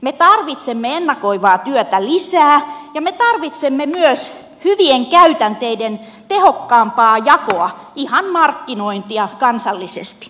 me tarvitsemme ennakoivaa työtä lisää ja me tarvitsemme myös hyvien käytänteiden tehokkaampaa jakoa ihan markkinointia kansallisesti